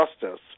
justice